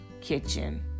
kitchen